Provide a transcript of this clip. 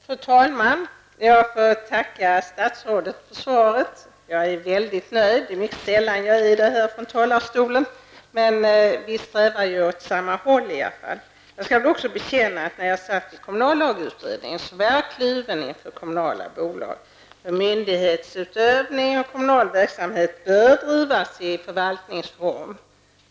Fru talman! Jag tackar statsrådet för svaret. Jag är väldigt nöjd. Det är mycket sällan jag är det här i talarstolen, och vi strävar ju åt samma håll. Jag skall väl också bekänna att när jag satt i kommunallagutredningen var jag kluven inför tanken på kommunala bolag. Myndighetsutövning och kommunal verksamhet bör drivas i förvaltningsform.